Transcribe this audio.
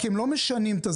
כי הם לא משנים את ה...